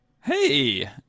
Hey